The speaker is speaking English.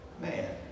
man